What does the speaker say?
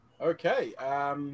Okay